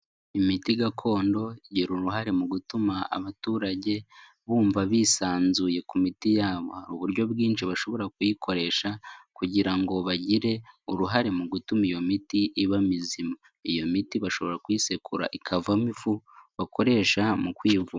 Imiti gakondo igira uruhare mu gutuma abaturage bumva bisanzuye ku miti yabo, hari uburyo bwinshi bashobora kuyikoresha kugira ngo bagire uruhare mu gutuma iyo miti iba mizima, iyo miti bashobora kuyisekura ikavamo ifu bakoresha mu kwivura.